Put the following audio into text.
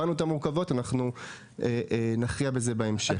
הבנו את המורכבויות, ואנחנו נכריע בזה בהמשך.